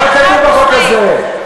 מה כתוב בחוק הזה?